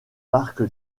parc